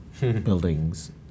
buildings